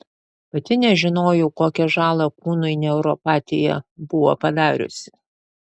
pati nežinojau kokią žalą kūnui neuropatija buvo padariusi